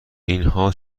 اینها